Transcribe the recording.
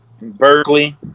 Berkeley